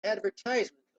advertisements